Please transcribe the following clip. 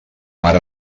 mar